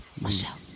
Michelle